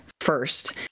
first